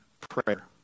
prayer